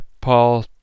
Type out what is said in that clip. Paul